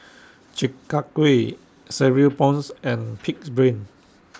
Chi Kak Kuih Cereal Prawns and Pig'S Brain Soup